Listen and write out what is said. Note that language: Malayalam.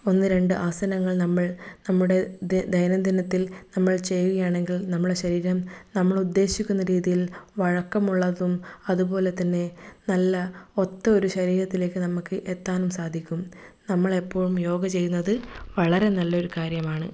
ഒന്നു രണ്ട് ആസനങ്ങൾ നമ്മൾ നമ്മുടെ ദൈനംദിനത്തിൽ നമ്മൾ ചെയ്യുകയാണെങ്കിൽ നമ്മുടെ ശരീരം നമ്മളുദ്ദേശിക്കുന്ന രീതിയിൽ വഴക്കമുള്ളതും അതുപോലെതന്നെ നല്ല ഒത്ത ഒരു ശരീരത്തിലേക്ക് നമുക്ക് എത്താനും സാധിക്കും നമ്മളെപ്പോഴും യോഗ ചെയ്യുന്നത് വളരെ നല്ലൊരു കാര്യമാണ്